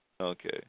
Okay